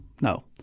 No